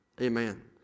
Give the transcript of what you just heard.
Amen